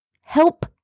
Help